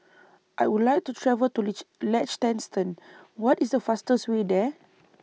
I Would like to travel to Liechtenstein What IS The fastest Way There